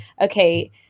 okay